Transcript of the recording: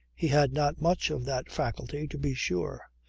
he had not much of that faculty to be sure,